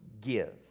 give